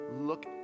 look